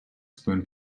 spoon